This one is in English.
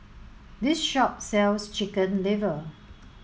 this shop sells chicken liver